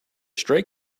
stray